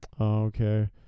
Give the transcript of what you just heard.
okay